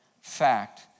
Fact